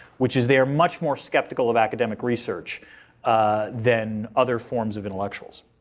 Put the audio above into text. which is they are much more skeptical of academic research than other forms of intellectuals.